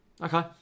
Okay